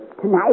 tonight